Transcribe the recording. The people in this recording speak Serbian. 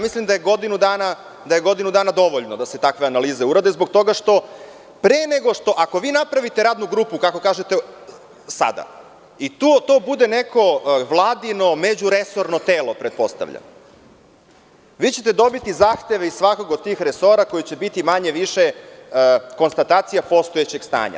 Mislim da je godinu dana dovoljno da se takve analize urade zbog toga što pre nego što ako vi napravite radnu grupu, kako kažete sada, i to bude neko vladino međuresorno telo, pretpostavljam, vi ćete dobiti zahteve iz tih resora koji će biti, manje-više, konstatacija postojećeg stanja.